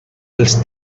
els